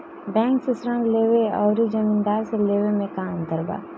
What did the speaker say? Bank से ऋण लेवे अउर जमींदार से लेवे मे का अंतर बा?